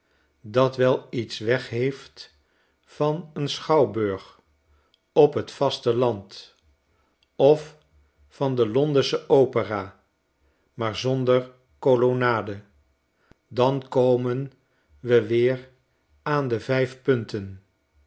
dat wel iets wegheeft van een schouwburg op t vaste land of van de londensche opera maarzonder colonnade dan komen we weer aan de vijf punten